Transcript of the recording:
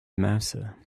mouser